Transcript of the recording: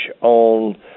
on